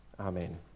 Amen